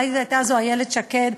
אולי הייתה זו איילת שקד,